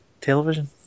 television